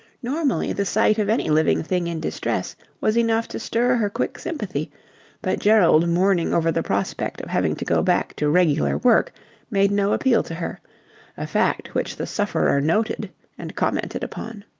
normally, the sight of any living thing in distress was enough to stir her quick sympathy but gerald mourning over the prospect of having to go back to regular work made no appeal to her a fact which the sufferer noted and commented upon.